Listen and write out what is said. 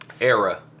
era